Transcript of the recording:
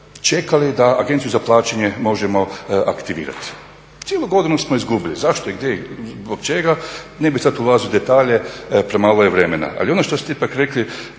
čekali da Agenciju za plaćanje možemo aktivirati. Cijelu godinu smo izgubili. Zašto i gdje i zbog čega, ne bih sad ulazio u detalje, premalo je vremena. Ali ono što ste ipak rekli,